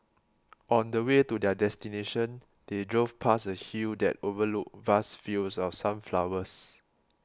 on the way to their destination they drove past a hill that overlooked vast fields of sunflowers